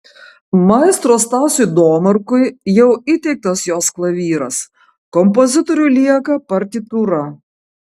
maestro stasiui domarkui jau įteiktas jos klavyras kompozitoriui lieka partitūra